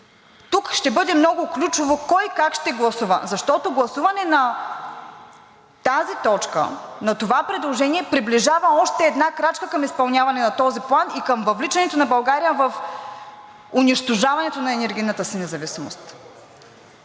тук ще бъде много ключово кой как ще гласува. Защото гласуването на тази точка, на това предложение приближава още една крачка към изпълняването на този план и към въвличането на България в унищожаването на енергийната си независимост.